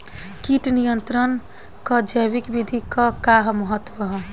कीट नियंत्रण क जैविक विधि क का महत्व ह?